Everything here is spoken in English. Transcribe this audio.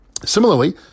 Similarly